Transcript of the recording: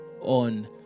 on